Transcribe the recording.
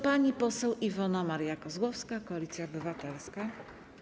Pani poseł Iwona Maria Kozłowska, Koalicja Obywatelska.